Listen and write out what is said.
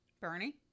Bernie